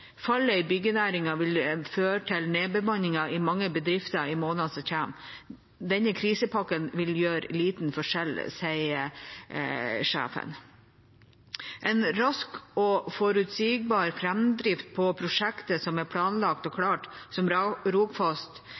i byggenæringen vil føre til nedbemanninger i mange bedrifter i månedene som kommer. Denne krisepakken vil gjøre liten forskjell.» En rask og forutsigbar framdrift på prosjekter som er planlagt og klart, som Rogfast,